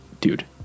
dude